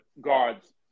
guards